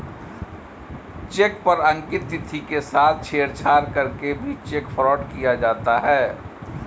check पर अंकित तिथि के साथ छेड़छाड़ करके भी चेक फ्रॉड किया जाता है